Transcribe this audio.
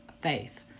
faith